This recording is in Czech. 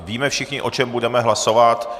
Víme všichni, o čem budeme hlasovat.